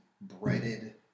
breaded